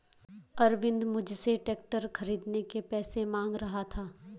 अरविंद मुझसे ट्रैक्टर खरीदने के पैसे मांग रहा था